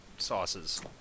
Sauces